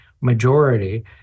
majority